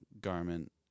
garment